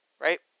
Right